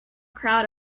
crowd